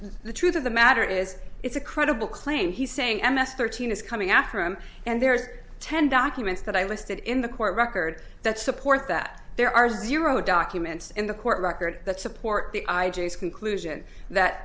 the truth of the matter is it's a credible claim he's saying m s thirteen is coming after him and there's ten documents that i listed in the court record that support that there are zero documents in the court record that support the i g his conclusion that